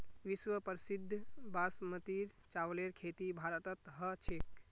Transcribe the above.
विश्व प्रसिद्ध बासमतीर चावलेर खेती भारतत ह छेक